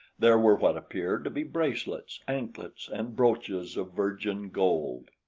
there were what appeared to be bracelets, anklets and brooches of virgin gold.